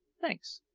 thanks.